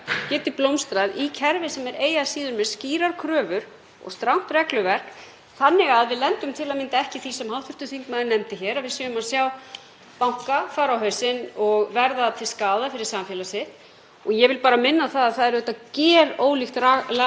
banka fara á hausinn og verða til skaða fyrir samfélag sitt. Og ég vil bara minna á að það er auðvitað gerólíkt laga- og regluverk sem við búum við núna en við bjuggum við árið 2008 þegar hrunið varð.